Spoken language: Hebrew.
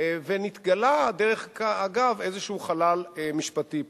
ונתגלה, דרך אגב, איזה חלל משפטי פה.